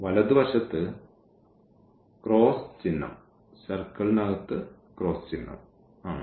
വലതുവശത്ത് ഈ ചിഹ്നമാണ്